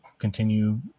continue